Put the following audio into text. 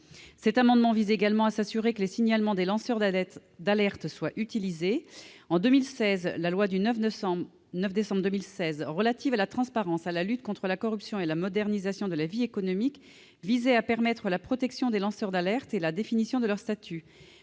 Cet amendement tend également à s'assurer que les signalements des lanceurs d'alerte sont utilisés. La loi du 9 décembre 2016 relative à la transparence, à la lutte contre la corruption et à la modernisation de la vie économique visait à permettre la protection des lanceurs d'alerte et à définir leur statut.